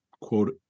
quote